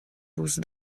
douze